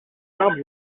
arbres